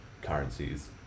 currencies